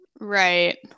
right